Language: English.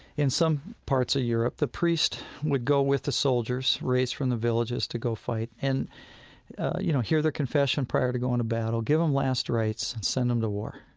in some parts of europe, the priest would go with the soldiers, raised from the villages to go fight, and you know, hear their confession prior to going to battle, give them last rites, and send them to war.